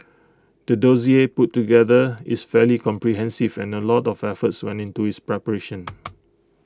the dossier put together is fairly comprehensive and A lot of effort went into its preparation